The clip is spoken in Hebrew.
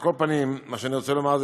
על כל פנים, מה שאני רוצה לומר זה